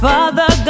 Father